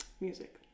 music